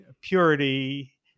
purity